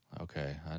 Okay